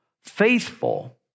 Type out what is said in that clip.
faithful